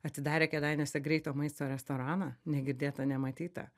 atidarė kėdainiuose greito maisto restoraną negirdėtą nematytą